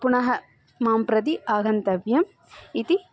पुनः मां प्रति आगन्तव्यम् इति